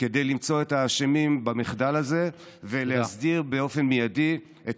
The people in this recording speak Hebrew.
כדי למצוא את האשמים במחדל הזה ולהסדיר באופן מיידי את